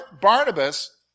Barnabas